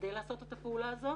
כדי לעשות את הפעולה הזאת